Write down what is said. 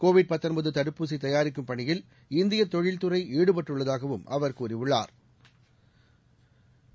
Covid தடுப்பூசி தயாரிக்கும் பணியில் இந்திய தொழில்துறை ஈடுபட்டுள்ளதாகவும் அவர் கூறியுள்ளாா்